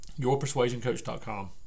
yourpersuasioncoach.com